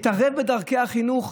להתערב בדרכי החינוך,